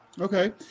Okay